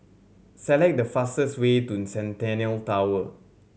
select the fastest way to Centennial Tower